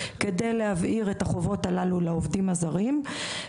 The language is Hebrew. כדי להבהיר את החובות הללו לעובדים הזרים.